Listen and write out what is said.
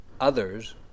others